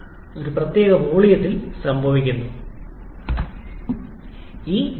ഈ ജ്വലന പ്രക്രിയ യഥാർത്ഥത്തിൽ ഈ പ്രത്യേക വോള്യത്തിൽ സംഭവിക്കുന്നു അതിനാൽ ഇതിന്റെ അളവിൽ നല്ലൊരു മാറ്റമുണ്ട്